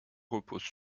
repose